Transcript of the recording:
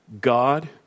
God